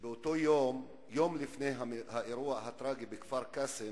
באותו יום, יום לפני האירוע הטרגי בכפר-קאסם,